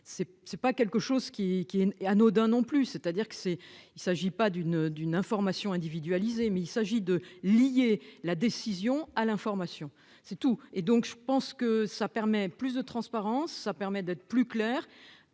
C'est c'est pas quelque chose qui qui n'est anodin non plus. C'est-à-dire que c'est il s'agit pas d'une, d'une information individualisée, mais il s'agit de lier la décision à l'information c'est tout et donc je pense que ça permet plus de transparence, ça permet d'être plus clair.